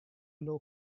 low